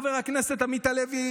חבר הכנסת עמית הלוי,